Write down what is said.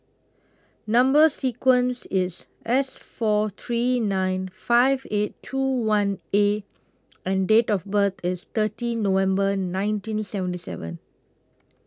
Number sequence IS S four three nine five eight two one A and Date of birth IS thirty November nineteen seventy seven